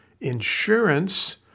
insurance